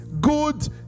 good